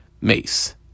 mace